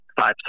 five